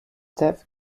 death